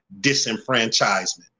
disenfranchisement